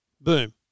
Boom